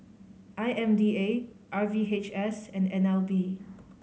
I M D A R V H S and N L B